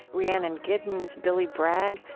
rhiannon giddens, billy bragg,